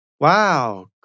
Wow